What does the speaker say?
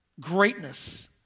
greatness